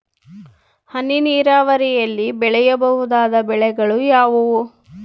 ಹನಿ ನೇರಾವರಿಯಲ್ಲಿ ಬೆಳೆಯಬಹುದಾದ ಬೆಳೆಗಳು ಯಾವುವು?